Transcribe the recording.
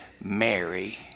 Mary